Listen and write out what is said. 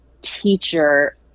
teacher